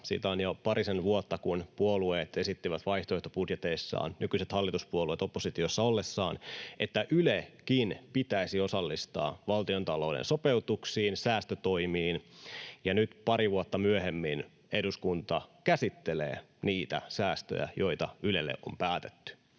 Siitä on jo parisen vuotta, kun nykyiset hallituspuolueet oppositiossa ollessaan esittivät vaihtoehtobudjeteissaan, että Ylekin pitäisi osallistaa valtiontalouden sopeutuksiin ja säästötoimiin, ja nyt pari vuotta myöhemmin eduskunta käsittelee niitä säästöjä, joita Ylelle on päätetty.